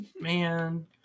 Man